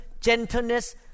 gentleness